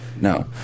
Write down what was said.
No